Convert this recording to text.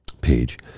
page